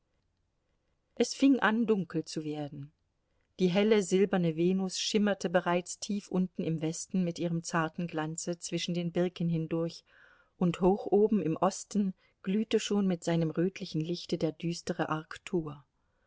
es fing an dunkel zu werden die helle silberne venus schimmerte bereits tief unten im westen mit ihrem zarten glanze zwischen den birken hindurch und hoch oben im osten glühte schon mit seinem rötlichen lichte der düstere